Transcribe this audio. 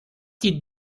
die